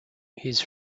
his